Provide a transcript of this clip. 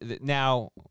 Now